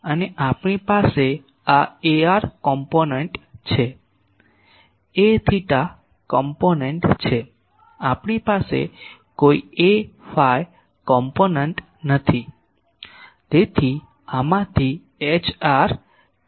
અને આપણી પાસે આ Ar ઘટકો છે Aθ ઘટકો છે આપણી પાસે કોઈ Aϕ ઘટકો નથી